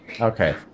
Okay